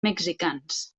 mexicans